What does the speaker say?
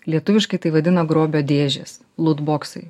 lietuviškai tai vadina grobio dėžės lūtboksai